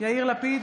יאיר לפיד,